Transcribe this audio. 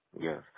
Yes